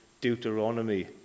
Deuteronomy